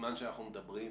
בזמן שאנחנו מדברים,